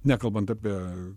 nekalbant apie